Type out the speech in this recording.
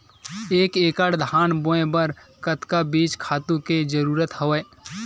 एक एकड़ धान बोय बर कतका बीज खातु के जरूरत हवय?